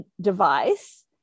device